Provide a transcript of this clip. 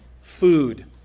Food